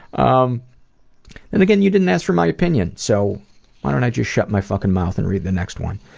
um and again you didn't ask for my opinion so why don't i just shut my fucking mouth and read the next one.